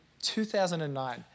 2009